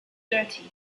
dirty